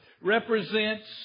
represents